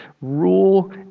rule